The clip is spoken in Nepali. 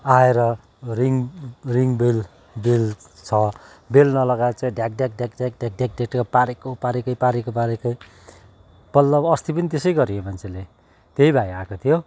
आएर रिङ रिङ बेल बेल छ बेल नलगाएर चाहिँ ढ्याक ढ्याक ढ्याक ढ्याक ढ्याक ढ्याक ढ्याक पारेको पारेकै पारेको पारेकै पल्ल अस्ति पनि त्यसै गऱ्यो यो मान्छेले त्यही भाइ आएको थियो